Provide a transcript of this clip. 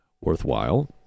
worthwhile